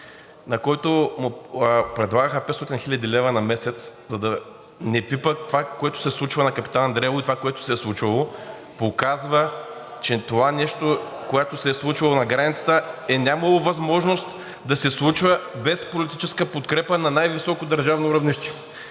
на когото му предлагаха 500 хил. лв. на месец, за да не пипа това, което се случва на „Капитан Андреево“ и това, което се е случвало, показват, че това, което се е случвало на границата, е нямало възможност да се случва без политическа подкрепа на най-високо държавно равнище.